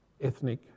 ethnic